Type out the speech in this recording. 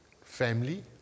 family